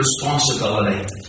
responsibility